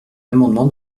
amendement